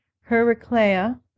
Heraclea